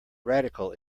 radical